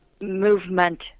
movement